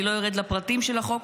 אני לא ארד לפרטים של החוק,